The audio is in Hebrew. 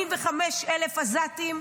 45,000 עזתים,